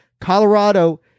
Colorado